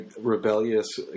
rebellious